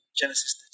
Genesis